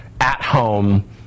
at-home